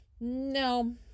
no